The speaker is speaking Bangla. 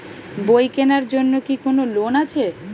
বই কেনার জন্য কি কোন লোন আছে?